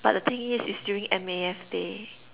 but the thing is it's during M_A_F day